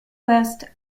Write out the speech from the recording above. west